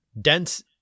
dense